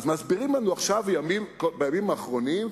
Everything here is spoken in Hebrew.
אז מסבירים לנו בימים האחרונים,